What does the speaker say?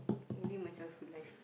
only my childhood life